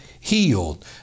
healed